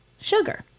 sugar